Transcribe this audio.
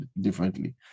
differently